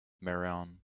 marion